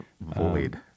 void